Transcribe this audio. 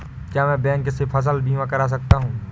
क्या मैं बैंक से फसल बीमा करा सकता हूँ?